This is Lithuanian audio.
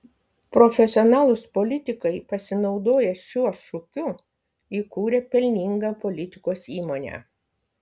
profesionalūs politikai pasinaudoję šiuo šūkiu įkūrė pelningą politikos įmonę